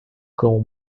cão